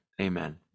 Amen